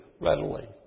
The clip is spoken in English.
readily